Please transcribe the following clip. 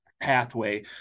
pathway